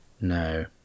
No